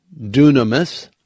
dunamis